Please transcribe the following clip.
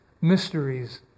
mysteries